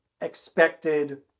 expected